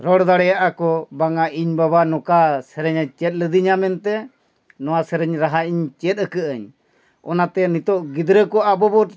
ᱨᱚᱲ ᱫᱟᱲᱮᱭᱟᱜᱼᱟ ᱠᱚ ᱵᱟᱝᱟ ᱤᱧ ᱵᱟᱵᱟ ᱱᱚᱠᱟ ᱥᱮᱨᱮᱧ ᱪᱮᱫ ᱞᱤᱫᱤᱧᱟ ᱢᱮᱱᱛᱮ ᱱᱚᱣᱟ ᱥᱮᱨᱮᱧ ᱨᱟᱦᱟ ᱤᱧ ᱪᱮᱫ ᱟᱹᱠᱟᱹᱜ ᱟᱹᱧ ᱚᱱᱟᱛᱮ ᱱᱤᱛᱚᱜ ᱜᱤᱫᱽᱨᱟᱹ ᱠᱚ ᱟᱵᱚ ᱵᱚ